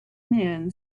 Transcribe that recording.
men